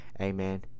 Amen